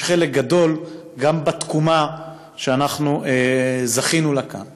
חלק גדול גם בתקומה שאנחנו זכינו לה כאן.